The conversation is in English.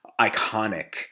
iconic